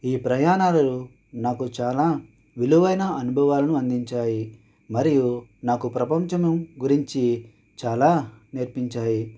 ఈ ప్రయాణాలు నాకు చాలా విలువైన అనుభవాలు అందించాయి మరియు నాకు ప్రపంచం గురించి చాలా నేర్పించాయి